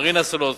מרינה סולודקין,